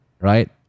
right